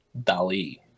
Dali